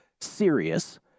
serious